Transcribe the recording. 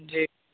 جی